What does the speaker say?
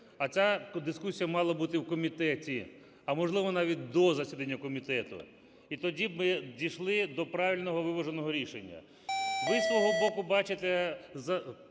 а ця дискусія мала бути в комітеті, а, можливо, навіть до засідання комітету. І тоді ми б дійшли до правильного виваженого рішення. Ви зі свого боку бачите